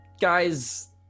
guys